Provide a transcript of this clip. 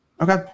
Okay